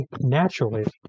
naturally